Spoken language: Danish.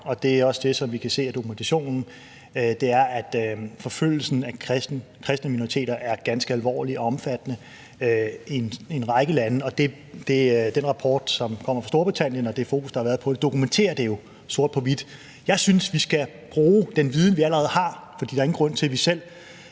det er også det, vi kan se af dokumentationen – at forfølgelsen af kristne minoriteter er ganske alvorlig og omfattende i en række lande. Den rapport, som kommer fra Storbritannien, og det fokus, der har været på det, dokumenterer det jo sort på hvidt. Jeg synes, vi skal bruge den viden, vi allerede har – for der er ingen grund til, at vi selv